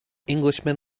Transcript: englishman